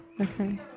Okay